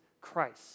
Christ